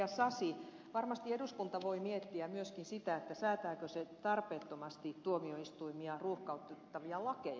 sasi varmasti eduskunta voi miettiä myöskin sitä säätääkö se tarpeettomasti tuomioistuimia ruuhkauttavia lakeja